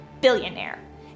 Billionaire